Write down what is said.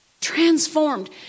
transformed